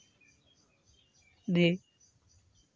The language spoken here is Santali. ᱫᱤᱭᱮ